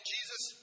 Jesus